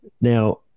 Now